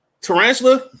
Tarantula